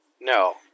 No